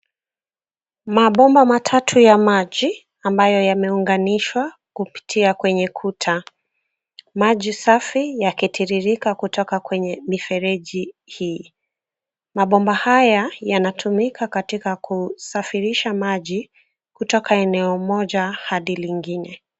Mabomba matatu ya maji ambayo yameunganishwa kupitia kwenye kuta. Maji safi yakitiririka kutoka kwenye mifereji hii. Mabomba haya yanatumika katika kusafirisha maji kutoka eneo moja hadi lingine.